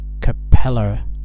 capella